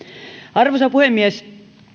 arvoisa puhemies